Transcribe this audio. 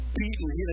beaten